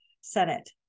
Senate